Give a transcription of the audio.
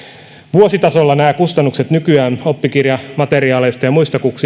vuositasolla kustannukset oppikirjamateriaaleista ja muista